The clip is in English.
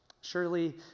Surely